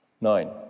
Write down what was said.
Nine